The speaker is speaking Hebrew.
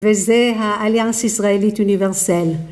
וזה האליאנס ישראלית אוניברסל.